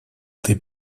этой